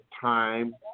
time